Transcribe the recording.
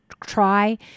try